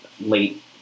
late